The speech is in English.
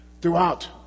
Throughout